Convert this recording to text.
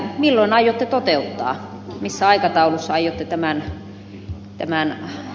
milloin aiotte toteuttaa missä aikataulussa aiotte tämän